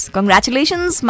Congratulations